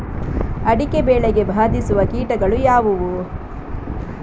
ಅಡಿಕೆ ಬೆಳೆಗೆ ಬಾಧಿಸುವ ಕೀಟಗಳು ಯಾವುವು?